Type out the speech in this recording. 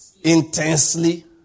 intensely